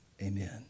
Amen